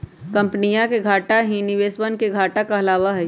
कम्पनीया के घाटा ही निवेशवन के घाटा कहलावा हई